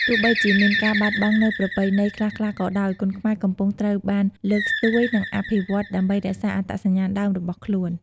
ទោះបីជាមានការបាត់បង់នូវប្រពៃណីខ្លះៗក៏ដោយ គុនខ្មែរកំពុងត្រូវបានលើកស្ទួយ និងអភិវឌ្ឍន៍ដើម្បីរក្សាអត្តសញ្ញាណដើមរបស់ខ្លួន។